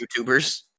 YouTubers